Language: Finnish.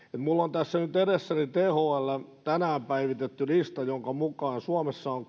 minulla on tässä nyt edessäni thln tänään päivitetty lista jonka mukaan suomessa on